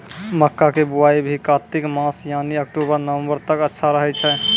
मक्का के बुआई भी कातिक मास यानी अक्टूबर नवंबर तक अच्छा रहय छै